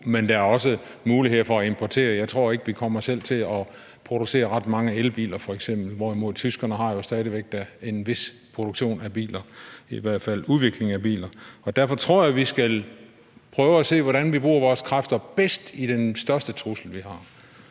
men der er også muligheder for at importere. Jeg tror f.eks. ikke, vi selv kommer til at producere ret mange elbiler, hvorimod tyskerne jo da stadig væk har en vis produktion af biler, i hvert fald udvikling af biler. Derfor tror jeg, vi skal prøve at se, hvordan vi bruger vores kræfter bedst mod den største trussel, vi har,